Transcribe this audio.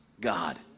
God